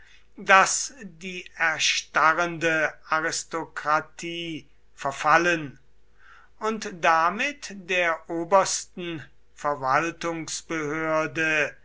das die erstarrende aristokratie verfallen und damit der obersten verwaltungsbehörde